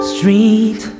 Street